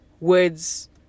words